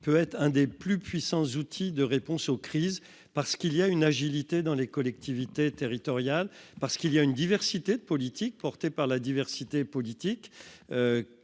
peut être un des plus puissants outils de réponse aux crises parce qu'il y a une agilité dans les collectivités territoriales, parce qu'il y a une diversité de politique portée par la diversité politique